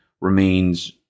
remains